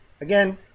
Again